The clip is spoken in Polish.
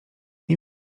nie